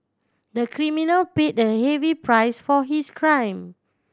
the criminal paid a heavy price for his crime